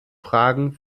fragen